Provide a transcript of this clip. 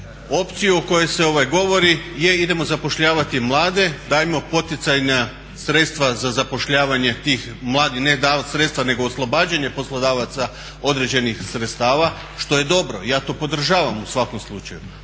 opciju o kojoj se govori, je, idemo zapošljavati mlade, dajmo poticajna sredstva za zapošljavanje tih mladih, ne davat sredstva nego oslobađanje poslodavaca određenih sredstava što je dobro i ja to podržavam u svakom slučaju.